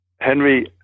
Henry